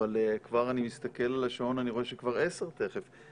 אבל אני מסתכל על השעון, אני רוצה שכבר 10:00 תכף.